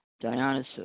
Dionysus